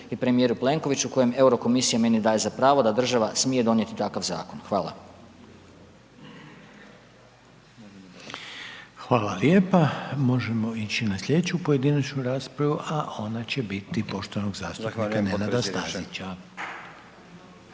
i premijeru Plenkoviću u kojem euro komisija meni daje za pravo da država smije donijeti takav zakon. Hvala. **Reiner, Željko (HDZ)** Hvala lijepa. Možemo ići na slijedeću pojedinačnu raspravu, a ona će biti poštovanog zastupnika Nenada Stazića.